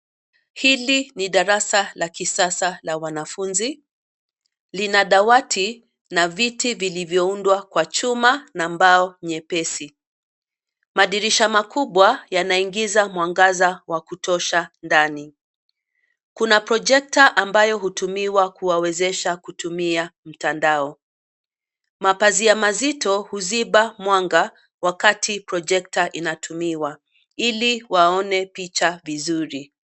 Hili ni darasa la kisasa la wanafunzi, lina dawati na viti vilivyoundwa kwa chuma na mbao nyepesi, madirisha makubwa yanaingiza mwangaza wa kutosha ndani, kuna projekta ambayo hutumiwa kuwawezesha kutumia mtandao, mapazaia mazito huziba mwanga, wakati projekta inatumiwa, iliwaone picha vizuri.